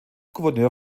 gouverneur